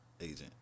agent